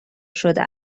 شده